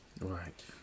right